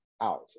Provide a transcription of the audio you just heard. out